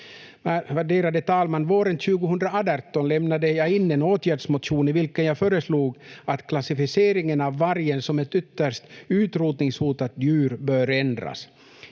Värderade talman! Våren 2018 lämnade jag in en åtgärdsmotion i vilken jag föreslog att klassificeringen av vargen som ett ytterst utrotningshotat djur bör ändras.